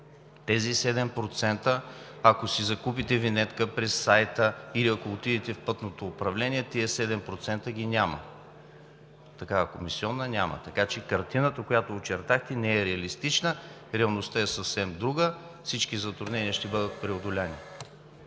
за 7%, ако си закупите винетка през сайта и ако отидете в Пътното управление, тези 7% ги няма, такава комисиона няма. Така че картината, която очертахте, не е реалистична, реалността е съвсем друга. Всички затруднения ще бъдат преодолени.